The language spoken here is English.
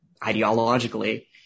ideologically